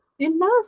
enough